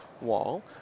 wall